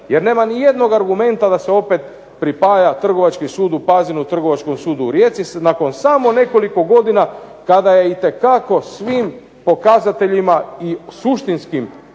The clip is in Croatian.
jer nema ni jednog argumenta da se opet pripada Trgovački sud u Pazinu Trgovačkom sudu u Rijeci, nakon samo nekoliko godina, kada je itekako svim pokazateljima i suštinskim funkcioniranjem